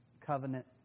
covenant